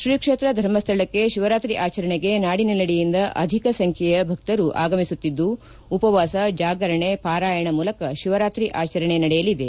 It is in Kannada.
ಶ್ರೀ ಕ್ಷೇತ್ರ ಧರ್ಮಸ್ಥಳಕ್ಕೆ ಶಿವರಾತ್ರಿ ಆಚರಣೆಗೆ ನಾಡಿನೆಲ್ಲೆಡೆಯಿಂದ ಅಧಿಕ ಸಂಬ್ಯೆಯ ಭಕ್ತರು ಆಗಮಿಸುತ್ತಿದ್ದು ಉಪವಾಸ ಜಾಗರಣೆ ಪಾರಾಯಣ ಮೂಲಕ ಶಿವರಾತ್ರಿ ಆಚರಣೆ ನಡೆಯಲಿದೆ